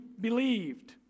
believed